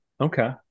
Okay